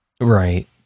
Right